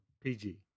PG